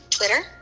Twitter